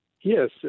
Yes